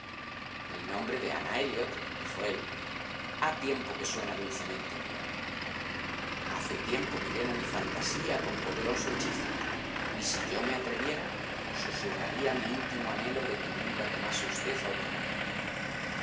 el nombre de ana elliotdijo élha tiempo que suena dulcemente en mi oído hace tiempo que llena mi fantasía con poderoso hechizo y si yo me atreviera susurraría mi íntimo anhelo de que nunca tomase usted otro nombre